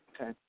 Okay